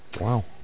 Wow